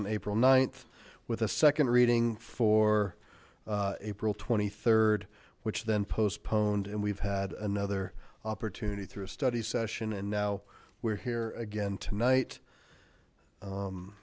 on april ninth with a second reading for april twenty third which then postponed and we've had another opportunity through a study session and now we're here again tonight